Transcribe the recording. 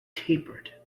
tapered